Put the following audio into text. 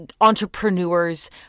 entrepreneurs